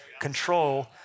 control